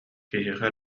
киһиэхэ